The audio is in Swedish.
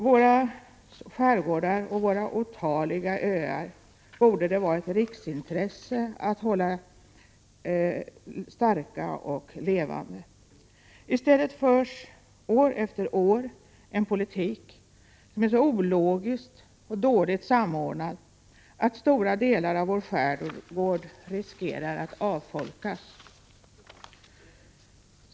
Det borde vara ett riksintresse att hålla våra skärgårdar och otaliga öar starka och levande. I stället förs år efter år en politik som är så ologisk och dåligt samordnad att stora delar av vår skärgård riskerar att avfolkas.